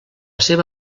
seva